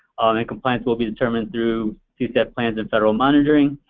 and compliance will be determined through two-step plans and federal monitoring.